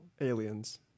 Aliens